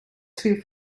two